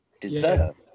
deserve